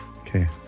Okay